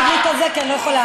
תוריד לי את זה כי אני לא יכולה.